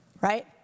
Right